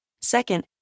Second